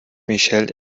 michelle